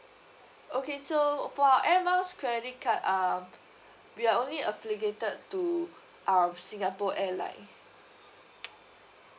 okay so for our air miles credit card uh we are only affiliated to uh singapore airlines